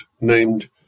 named